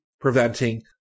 preventing